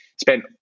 spent